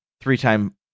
Three-time